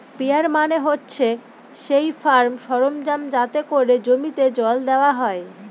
sprayer মানে হচ্ছে সেই ফার্ম সরঞ্জাম যাতে করে জমিতে জল দেওয়া হয়